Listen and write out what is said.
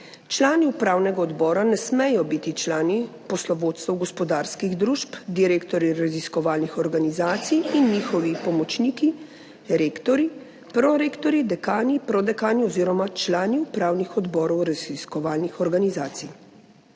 Člani upravnega odbora ne smejo biti člani poslovodstev gospodarskih družb, direktorji raziskovalnih organizacij in njihovi pomočniki, rektorji, prorektorji, dekani, prodekani oziroma člani upravnih odborov raziskovalnih organizacij.